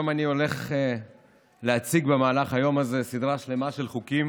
במהלך היום הזה אני הולך להציג סדרה שלמה של חוקים